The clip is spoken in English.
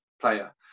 player